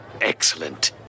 excellent